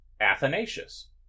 Athanasius